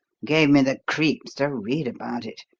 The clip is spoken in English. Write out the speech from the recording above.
gave me the creeps to read about it.